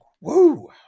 woo